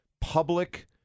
public